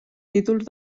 títols